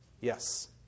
yes